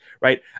Right